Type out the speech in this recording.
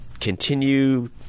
continue